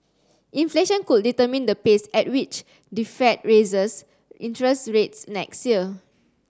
inflation could determine the pace at which the fed raises interest rates next year